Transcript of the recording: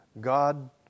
God